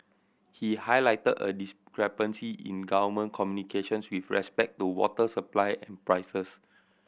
he highlighted a discrepancy in government communications with respect to water supply and prices